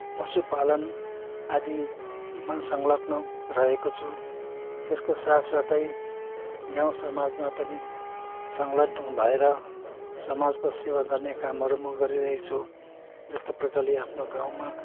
पशुपालन आदिमा संलग्न रहेको छु त्यसको साथसाथै गाउँ समाजमा पनि संलग्न भएर समाजको सेवा गर्ने कामहरू म गरिरहेको छु जस्तो प्रकारले आफ्नो गाउँमा